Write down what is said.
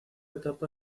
etapa